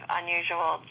unusual